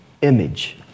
image